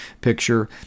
picture